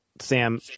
Sam